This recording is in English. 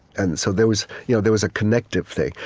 and so there was you know there was a connective thing.